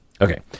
Okay